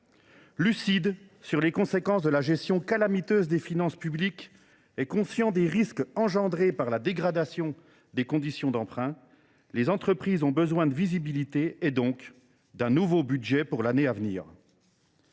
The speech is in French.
Lucides sur les conséquences de la gestion calamiteuse des finances publiques et conscientes des risques d’une dégradation des conditions d’emprunt, les entreprises ont besoin de visibilité et donc, d’un nouveau budget pour l’année à venir.